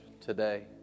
today